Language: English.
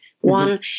one